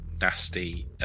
nasty